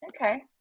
okay